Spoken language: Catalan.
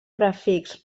prefix